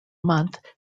month